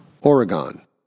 Oregon